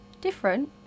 Different